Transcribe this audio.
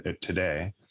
today